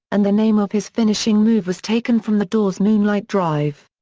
and the name of his finishing move was taken from the doors' moonlight drive.